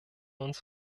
uns